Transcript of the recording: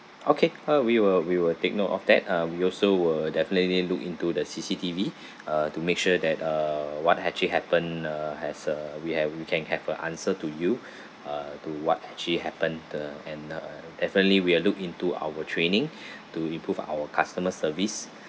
okay uh we will we will take note of that uh we also will definitely look into the C_C_T_V uh to make sure that uh what actually happen uh has uh we have we can have a answer to you uh to what actually happened the and uh definitely we will look into our training to improve our customer service